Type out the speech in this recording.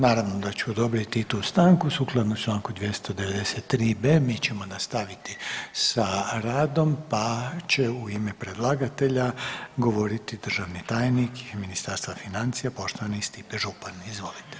Naravno da ću odobriti i tu stanku, sukladno čl. 293b mi ćemo nastaviti sa radom pa će u ime predlagatelja govoriti državni tajnik iz Ministarstva financija, poštovani Stipe Župan, izvolite.